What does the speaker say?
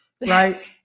right